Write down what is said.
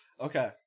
Okay